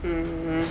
mm